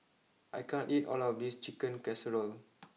I can't eat all of this Chicken Casserole